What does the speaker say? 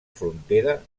frontera